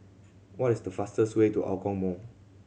what is the fastest way to Hougang Mall